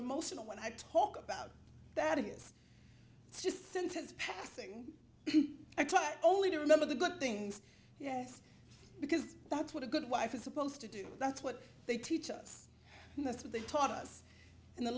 emotional when i talk about that is just sentence passing attack only remember the good things yes because that's what a good wife is supposed to do that's what they teach us and that's what they taught us in the